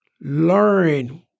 learn